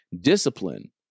Discipline